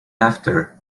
after